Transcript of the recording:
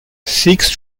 seeks